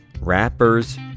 Rappers